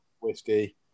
whiskey